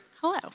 Hello